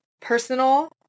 personal